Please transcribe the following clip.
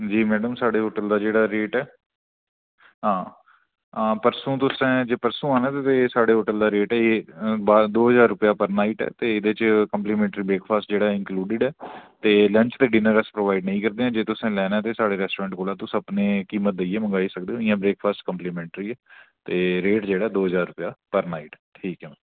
जी madam साढ़े hotel दा जेह्ड़ा रेट ऐ हां परसों तुसें जे परसों आना ऐ ते साढ़े होटल दा रेट ऐ दो ज्हार रपेआ पर नाइट ऐ ते एह्दे च कम्पलीमेंटरी ब्रेकफॉस्ट जेह्ड़ा इन्कलूडेड ऐ ते लंच ते डिनर अस प्रोवाइड नेईं करदे जे तुसें लैना ऐ साढ़े रेस्टोरेंट कोला तुस अपनी कीमत देइयै मंगोआई सकदे इयां ब्रेकफॉस्ट कम्पलीमेंटरी ऐ ते रेट जेह्ड़ा द ज्हार रपेआ पर नाइट ठीक ऐ मैडम